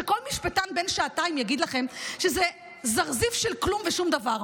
כל משפטן בן שעתיים יגיד לכם שזה זרזיף של כלום ושום דבר.